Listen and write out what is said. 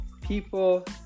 people